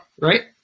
right